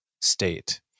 state